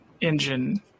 engine